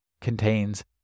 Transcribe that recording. contains